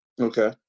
okay